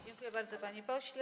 Dziękuję bardzo, panie pośle.